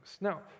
Now